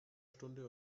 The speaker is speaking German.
stunde